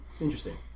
interesting